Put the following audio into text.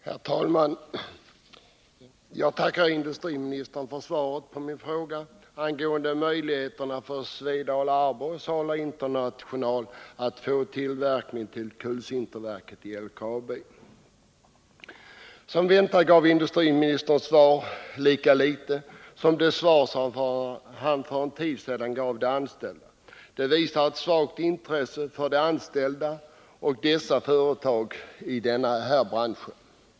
Herr talman! Jag tackar industriministern för svaret på min fråga angående möjligheterna för Svedala-Arbrå och Sala International att få tillverkning för LKAB:s kulsinterverk. Som väntat gav industriministerns svar lika litet som det svar som han för en tid sedan gav de anställda. Det visar ett svalt intresse för de anställda och de svenska företagen i denna bransch.